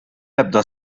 ebda